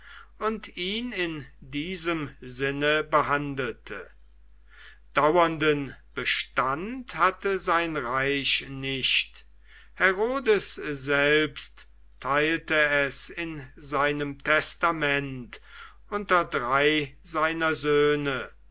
und ihn in diesem sinne behandelte dauernden bestand hatte sein reich nicht herodes selbst teilte es in seinem testament unter drei seiner söhne